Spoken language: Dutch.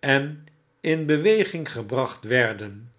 en in beweging gebracht werden